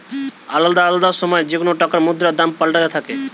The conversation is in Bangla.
আলদা আলদা সময় যেকোন টাকার মুদ্রার দাম পাল্টাতে থাকে